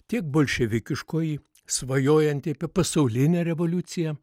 tiek bolševikiškoji svajojanti apie pasaulinę revoliuciją